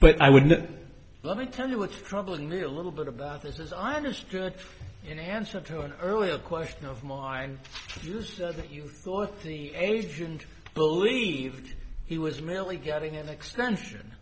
but i would not let me tell you what's troubling me a little bit about this as i understood an answer to an earlier question of mine just that you thought the agent believed he was merely getting an extension